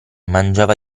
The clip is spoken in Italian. mangiava